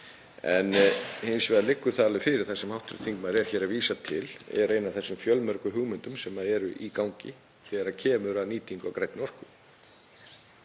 Hins vegar liggur það alveg fyrir sem hv. þingmaður er hér að vísa til og er ein af þeim fjölmörgu hugmyndum sem eru í gangi þegar kemur að nýtingu á grænni orku.